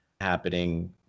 happening